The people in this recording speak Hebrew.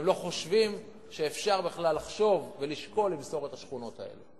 הם לא חושבים שאפשר בכלל לחשוב ולשקול למסור את השכונות האלה.